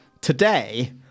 Today